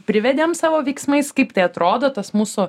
privedėm savo veiksmais kaip tai atrodo tas mūsų